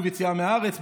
עיכוב יציאה מהארץ,